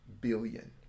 billion